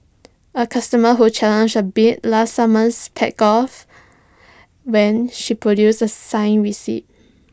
A customer who challenged A bill last summer backed off when she produced A signed receipt